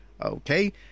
okay